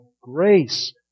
grace